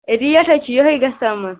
A ریٖٹھ حَظ چھِ یہٕے گژھان یِمن